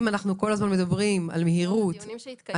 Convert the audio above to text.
אם אנחנו מדברים כל הזמן על מהירות ויעילות,